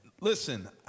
listen